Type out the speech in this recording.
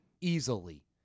easily